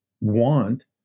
want